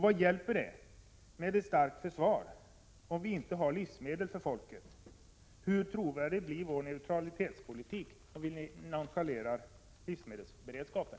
Vad hjälper det med ett starkt försvar om vi inte har livsmedel till folket? Hur trovärdig blir vår neutralitetspolitik om vi nonchalerar livsmedelsberedskapen?